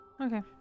Okay